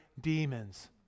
demons